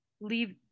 leave